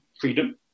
freedom